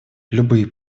любые